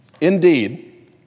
Indeed